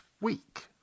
week